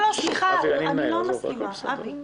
סליחה, אני לא מסכימה, אבי.